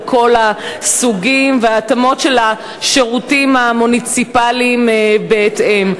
על כל הסוגים וההתאמות של השירותים המוניציפליים בהתאם.